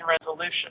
resolution